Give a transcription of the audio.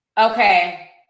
Okay